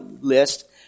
list